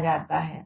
जाता है